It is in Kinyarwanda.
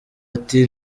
ati